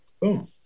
boom